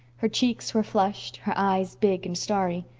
her cheeks were flushed, her eyes big and starry.